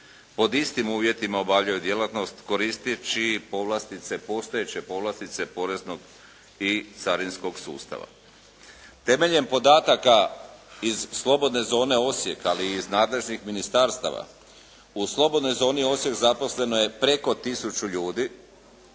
pod istim uvjetima obavljaju djelatnost koristeći povlastice, postojeće povlastice poreznog i carinskog sustava. Temeljem podataka iz slobodne zone Osijek, ali i iz nadležnih ministarstava u slobodnoj zoni Osijek zaposleno je preko 1000 ljudi,